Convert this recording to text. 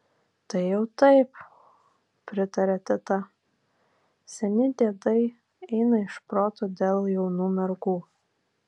tai jau taip pritarė teta seni diedai eina iš proto dėl jaunų mergų